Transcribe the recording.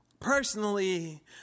Personally